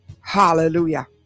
Hallelujah